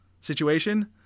situation